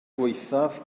gwaethaf